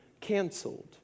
canceled